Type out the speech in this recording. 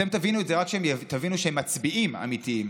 אתם תבינו רק כשתבינו שהם מצביעים אמיתיים.